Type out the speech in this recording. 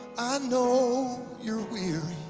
know you're weary